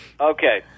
Okay